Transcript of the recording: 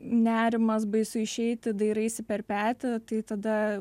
nerimas baisu išeiti dairaisi per petį tai tada